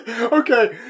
Okay